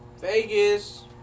Vegas